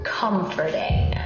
comforting